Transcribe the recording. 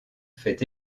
fait